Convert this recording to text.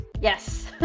Yes